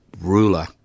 ruler